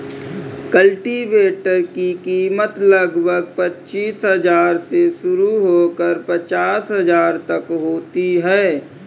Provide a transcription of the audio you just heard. cultivator की कीमत लगभग पचीस हजार से शुरू होकर पचास हजार तक होती है